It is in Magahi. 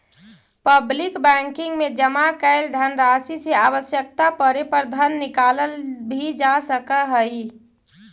पब्लिक बैंकिंग में जमा कैल धनराशि से आवश्यकता पड़े पर धन निकालल भी जा सकऽ हइ